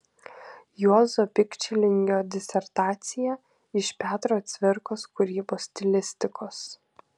juozo pikčilingio disertacija iš petro cvirkos kūrybos stilistikos